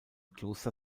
kloster